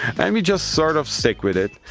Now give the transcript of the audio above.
and we just sort of stick with it,